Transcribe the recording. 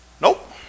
Nope